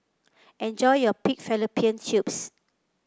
enjoy your Pig Fallopian Tubes